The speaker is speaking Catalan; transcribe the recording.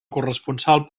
corresponsal